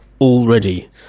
already